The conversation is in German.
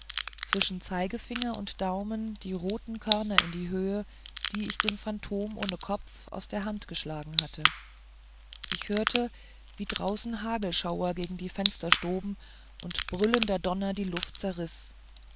zwischen zeigefinger und daumen die roten körner in die hohe die ich dem phantom ohne kopf aus der hand geschlagen hatte ich hörte wie draußen hagelschauer gegen die fenster tobten und brüllender donner die luft